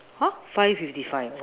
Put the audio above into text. !huh! five fifty five